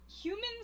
humans